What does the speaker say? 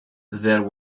there